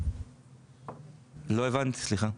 סליחה,